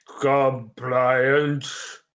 Compliance